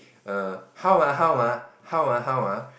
err how ah how ah how ah how ah